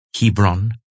Hebron